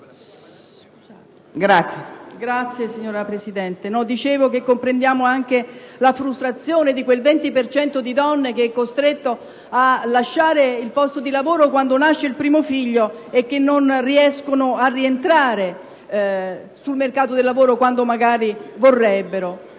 Grazie, signora Presidente. Dicevo che comprendiamo anche la frustrazione di quel 20 per cento di donne che sono costrette a lasciare il posto di lavoro quando nasce il primo figlio e che non riescono a rientrare sul mercato del lavoro quando lo vorrebbero.